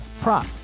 prop